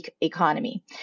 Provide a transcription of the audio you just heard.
economy